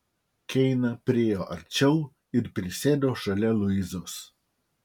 keina priėjo arčiau ir prisėdo šalia luizos